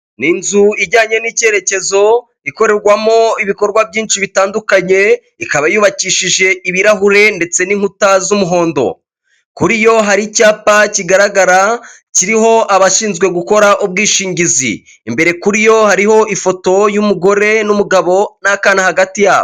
Inzu ijyanye n'icyerekezo ikorerwamo ibikorwa byinshi bitandukanye ikaba yubakishije ibirahure ndetse n'inkuta z'umuhondo kuri yo hari icyapa kigaragara kiriho abashinzwe gukora ubwishingizi imbere kuri yo hariho ifoto y'umugore n'umugabo n'akana hagati yabo.